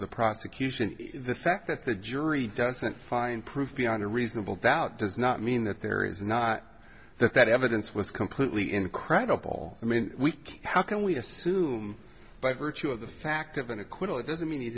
the prosecution the fact that the jury doesn't find proof beyond a reasonable doubt does not mean that there is not that that evidence was completely incredible i mean how can we assume by virtue of the fact of an acquittal it doesn't mean